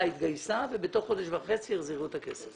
התגייסה ובתוך חודש וחצי החזירו את הכסף.